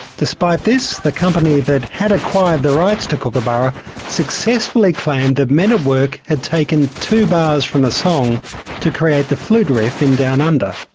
despite this, the company that had acquired the rights to kookaburra successfully claimed that men at work had taken two bars from the song to create the flute riff in downunder.